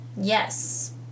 Yes